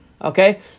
Okay